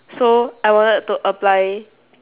so I wanted to apply